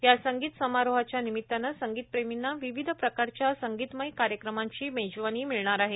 या संगीत समारोहाच्या निमित्तानं संगीत प्रेमीना विविध प्रकारच्या संगीतमय कार्यक्रमांची मेजवानी मिळणार आहे